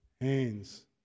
hands